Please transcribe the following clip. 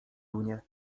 runie